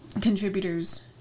contributors